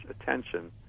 attention